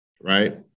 right